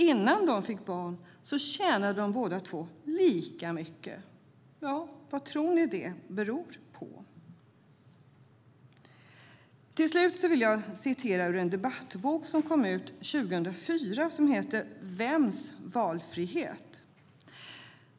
Innan de fick barn tjänade de båda lika mycket. Ja, vad tror ni att det beror på? Slutligen vill jag citera ur en debattbok som kom ut 2004 med titeln Vems valfrihet?